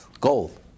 gold